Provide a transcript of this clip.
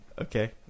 Okay